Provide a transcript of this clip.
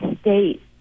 state